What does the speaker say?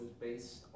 based